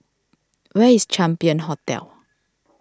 where is Champion Hotel